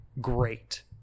great